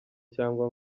cyangwa